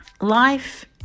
life